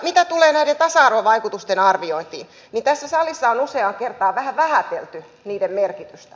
mitä tulee näiden tasa arvovaikutusten arviointiin niin tässä salissa on useaan kertaan vähän vähätelty niiden merkitystä